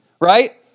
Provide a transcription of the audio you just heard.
right